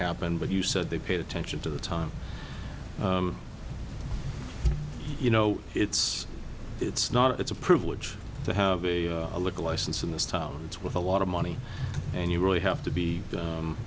happen but you said they paid attention to the time you know it's it's not it's a privilege to have a liquor license in this town it's with a lot of money and you really have to be